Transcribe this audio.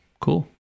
cool